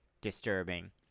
disturbing